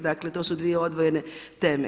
Dakle, to su dvije odvojene teme.